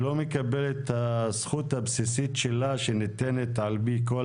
שלא מקבלת את הזכות הבסיסית שלה שניתנת על פי כל